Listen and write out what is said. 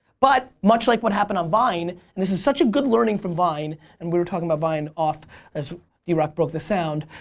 but much like what happened on vine, and this is such a good learning from vine, and we were talking about vine off as drock broke the sound.